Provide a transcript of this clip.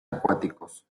acuáticos